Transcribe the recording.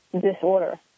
disorder